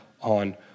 on